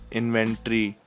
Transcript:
inventory